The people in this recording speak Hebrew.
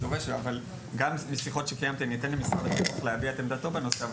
אני אתן למשרד החינוך להביע את עמדתו בנושא,